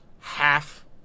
half